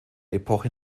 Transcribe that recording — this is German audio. epoche